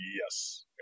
Yes